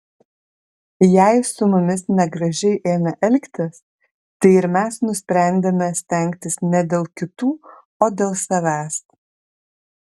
jei su mumis negražiai ėmė elgtis tai ir mes nusprendėme stengtis ne dėl kitų o dėl savęs